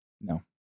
No